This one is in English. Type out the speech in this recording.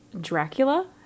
Dracula